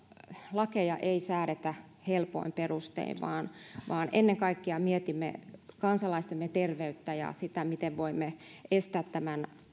lakeja ei säädetä helpoin perustein vaan vaan ennen kaikkea mietimme kansalaistemme terveyttä ja sitä miten voimme estää tämän